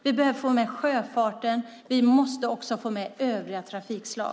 Vi behöver få med sjöfarten, och vi måste också få med övriga trafikslag.